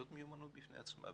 זאת מיומנות בפני עצמה.